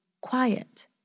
quiet